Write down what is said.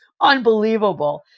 unbelievable